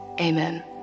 Amen